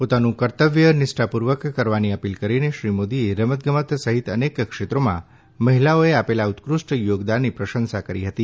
પોતાનું કર્તવ્ય નિષ્ઠાપૂર્વક કરવાની અપીલ કરીને શ્રી મોદીએ રમતગમત સહિત અનેક ક્ષેત્રોમાં મહિલાઓએ આપેલા ઉત્ફષ્ટ યોગદાનની પ્રશંસા કરી હતી